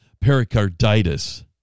Pericarditis